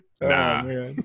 nah